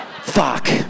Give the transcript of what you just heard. Fuck